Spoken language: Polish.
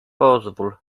pozwól